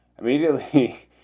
Immediately